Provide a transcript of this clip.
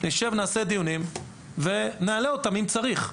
נשב ונעשה דיונים ונעלה אותם אם צריך.